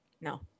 No